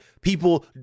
people